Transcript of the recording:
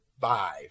five